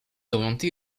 orienté